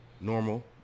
Normal